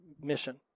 mission